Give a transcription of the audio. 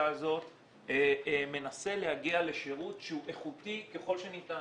הזאת מנסה להגיע לשירות שהוא איכותי ככל שניתן,